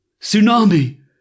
Tsunami